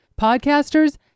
Podcasters